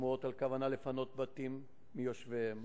שמועות על כוונה לפנות בתים מיושביהם